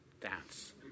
dance